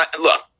look